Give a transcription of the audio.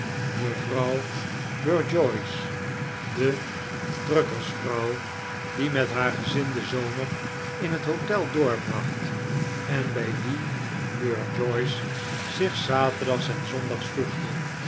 mevrouw burjoice de drukkersvrouw die met haar gezin den zomer in het hotel doorbracht en bij wie burjoice zich zaterdags en zondags voegde